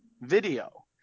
video